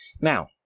Now